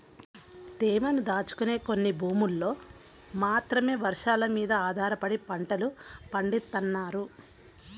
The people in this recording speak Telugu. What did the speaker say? తేమను దాచుకునే కొన్ని భూముల్లో మాత్రమే వర్షాలమీద ఆధారపడి పంటలు పండిత్తన్నారు